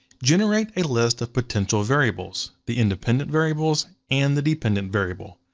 generate a list of potential variables, the independent variables and the dependent variable.